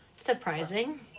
Surprising